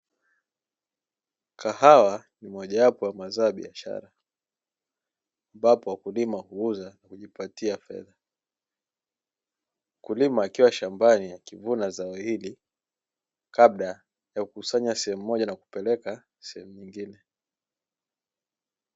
Kahawa ni mojawapo ya mazao ya biashara, ambapo wakulima huuza na kujipatia fedha, mkulima akiwa shambani akivuna zao hili kabla ya kukusanya sehemu moja na kupeleka sehemu nyingine.